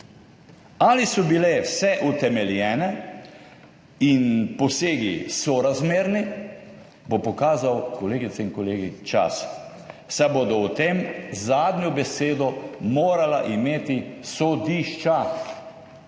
Ali so bile vse utemeljene in posegi sorazmerni, bo pokazal, kolegice in kolegi, čas, saj bodo o tem zadnjo besedo morala imeti so-diš-ča.